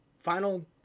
Final